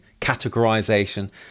categorization